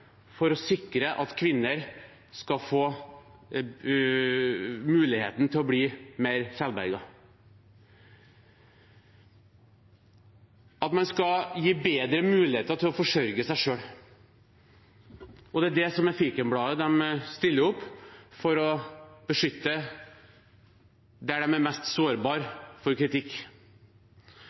for å sikre at kvinner skal få muligheten til å bli mer selvberget, at man skal gi bedre muligheter til å forsørge seg selv. Det er det som er fikenbladet de stiller opp, for å beskytte der de er mest sårbare for kritikk.